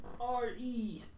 R-E